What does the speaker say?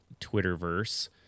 Twitterverse